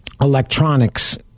electronics